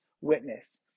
witness